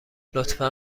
لطفا